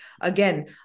again